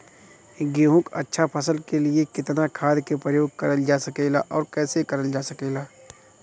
गेहूँक अच्छा फसल क लिए कितना खाद के प्रयोग करल जा सकेला और कैसे करल जा सकेला?